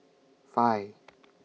five